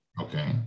Okay